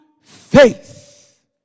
faith